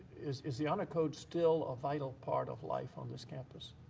is is the honor code still a vital part of life on this campus?